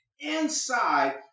Inside